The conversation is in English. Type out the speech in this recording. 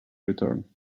return